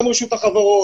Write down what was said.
גם רשות החברות